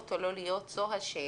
להיות או להיות, זו השאלה.